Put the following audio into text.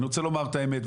אני רוצה לומר את האמת,